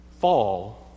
fall